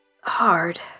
hard